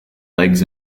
legs